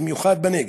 במיוחד בנגב,